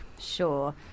Sure